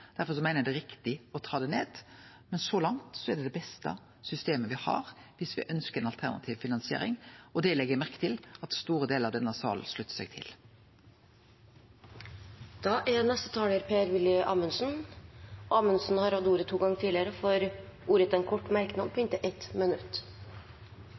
Derfor meiner eg det er riktig å ta det med. Men så langt er det det beste systemet me har viss me ønskjer ei alternativ finansiering, og det legg eg merke til at store delar av denne salen sluttar seg til. Representanten Per-Willy Amundsen har hatt ordet to ganger tidligere og får ordet til en kort merknad,